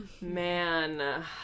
Man